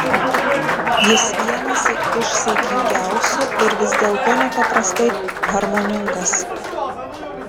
jis vienas iš saikingiausių ir vis dėlto nepaprastai harmoningas